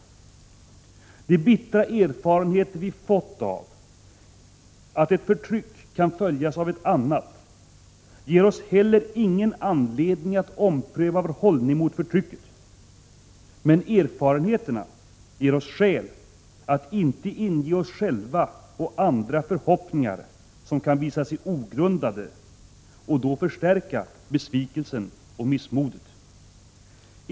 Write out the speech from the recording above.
De bittra erfarenheter vi fått av att ett förtryck kan följas av ett annat ger oss heller ingen anledning att ompröva vår hållning mot förtrycket. Men erfarenheterna ger oss skäl att inte inge oss själva och andra förhoppningar som kan visa sig ogrundade och då förstärka besvikelsen och missmodet.